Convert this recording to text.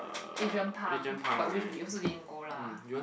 Adrian-Pang but which we also didn't go lah